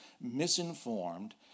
misinformed